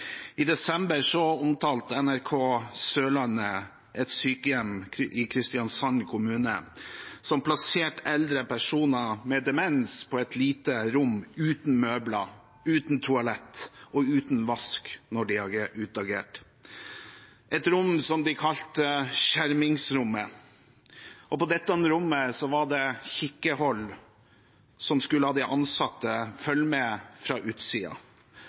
I desember omtalte NRK Sørlandet et sykehjem i Kristiansand kommune som plasserte eldre personer med demens på et lite rom uten møbler, toalett og vask når de utagerte, et rom som de kalte skjermingsrommet. På dette rommet var det et kikkhull som skulle la de ansatte følge med fra